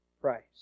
price